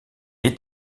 est